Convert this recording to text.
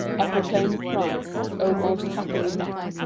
a proclaim'd prize, o most happily met,